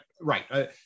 Right